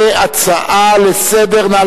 כהצעה לסדר-היום.